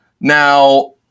Now